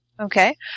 Okay